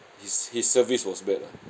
his his service was bad lah